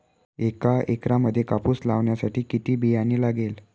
एका एकरामध्ये कापूस लावण्यासाठी किती बियाणे लागेल?